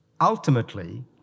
Ultimately